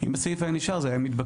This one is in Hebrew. אם הסעיף היה נשאר זה היה מתבקש,